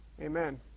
Amen